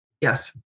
Yes